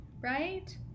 right